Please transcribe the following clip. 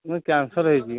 ମୁଁ କ୍ୟାନ୍ସର୍ ହେଇଛି